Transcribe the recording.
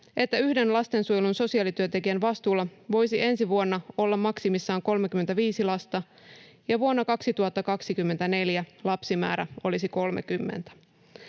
että yhden lastensuojelun sosiaalityöntekijän vastuulla voisi ensi vuonna olla maksimissaan 35 lasta ja vuonna 2024 lapsimäärä olisi 30.